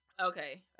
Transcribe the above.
okay